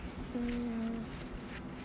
mm